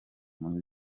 guma